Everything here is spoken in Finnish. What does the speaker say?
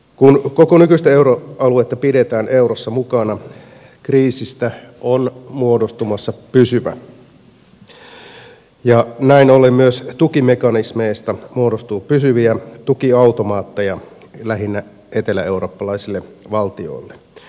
kun koko nykyistä euroaluetta pidetään eurossa mukana kriisistä on muodostumassa pysyvä ja näin ollen myös tukimekanismeista muodostuu pysyviä tukiautomaatteja lähinnä eteläeurooppalaisille valtioille